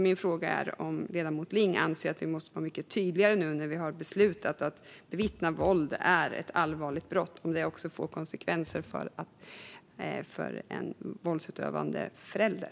Min fråga är om ledamoten Ling anser - när vi nu har beslutat att bevittnat våld är ett allvarligt brott - att vi måste vara mycket tydligare med att det också ska få konsekvenser för en våldsutövande förälder.